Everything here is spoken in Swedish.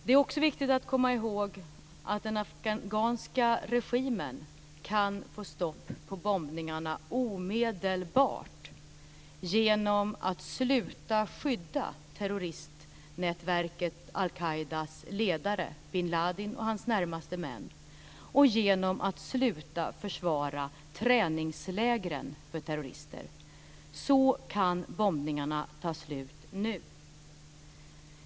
Det är också viktigt att komma ihåg att den afghanska regimen kan få stopp på bombningarna omedelbart genom att sluta skydda terroristnätverket al Qaidas ledare, bin Ladin, och hans närmaste män och genom att sluta försvara träningslägren för terrorister. Så kan bombningarna ta slut nu.